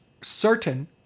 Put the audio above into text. certain